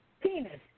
penis